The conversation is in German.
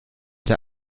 der